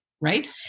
right